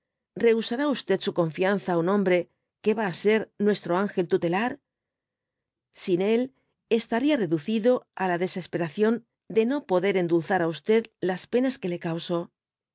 rehusará su confianza á un hombre que ya á ser nuestro ángel tutelar sin él estaría reducido á la desesperación de no poder endulzar á las penas que le causo